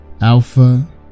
alpha